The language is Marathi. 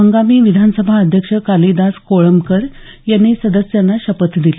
हंगामी विधानसभा अध्यक्ष कालिदास कोळंबकर यांनी सदस्यांना शपथ दिली